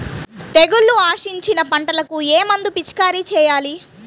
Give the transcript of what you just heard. తెగుళ్లు ఆశించిన పంటలకు ఏ మందు పిచికారీ చేయాలి?